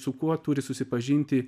su kuo turi susipažinti